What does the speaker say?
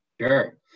Sure